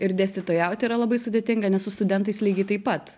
ir dėstytojauti yra labai sudėtinga nes su studentais lygiai taip pat